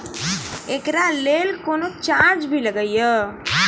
एकरा लेल कुनो चार्ज भी लागैये?